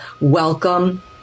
welcome